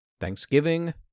Thanksgiving